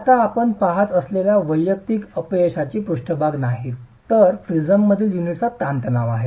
हे आता आपण पहात असलेल्या वैयक्तिक अपयशाची पृष्ठभाग नाहीत तर प्रिझममधील युनिटचा ताणतणाव आहे